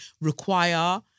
require